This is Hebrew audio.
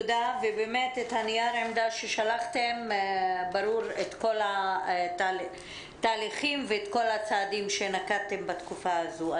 בנייר העמדה ששלחתם ברורים כל התהליכים וכל הצעדים שנקטתם בתקופה הזו.